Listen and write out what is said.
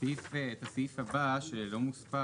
הצבעה סעיף 85(75) אושר לגבי הסעיף הבא שלא מוספר,